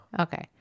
Okay